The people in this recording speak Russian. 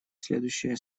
следующие